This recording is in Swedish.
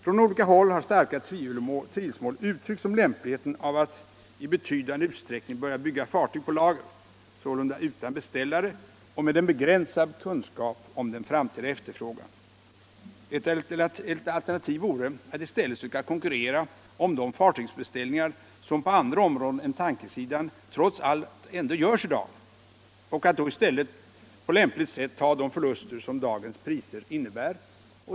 Från olika håll har starka tvivelsmål uttryckts om lämpligheten av att i betydande utsträckning börja bygga fartyg på lager, sålunda utan beställare och med en begränsad kunskap om den framtida efterfrågan. Ett alternativ vore att i stället söka konkurrera om de fartygbeställningar som på andra områden än tankersidan trots allt ändå görs i dag och att då i stället på lämpligt sätt ta de förluster som dagens priser innebär.